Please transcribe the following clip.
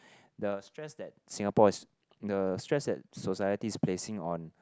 the stress that Singapore is the stress that society is placing on